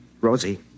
Rosie